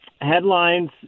Headlines